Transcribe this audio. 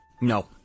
No